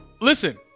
listen